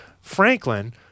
franklin